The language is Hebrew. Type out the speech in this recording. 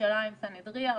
בירושלים סנהדריה רבתי.